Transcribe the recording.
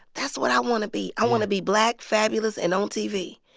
that's what i want to be. i want to be black, fabulous and on tv.